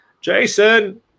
Jason